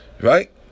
Right